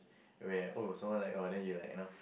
where oh someone like orh then you like you know